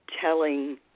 telling